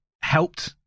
helped